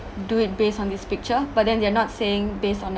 do it based on this picture but then they're not saying based on